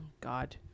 God